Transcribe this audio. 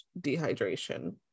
dehydration